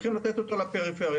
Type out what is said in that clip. צריכים לתת אותו לפריפריה,